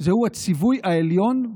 זהו הציווי העליון,